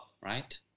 right